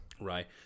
Right